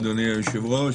אדוני היושב-ראש,